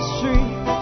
Street